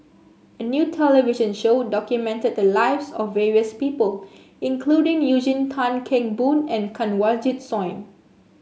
a new television show documented the lives of various people including Eugene Tan Kheng Boon and Kanwaljit Soin